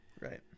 Right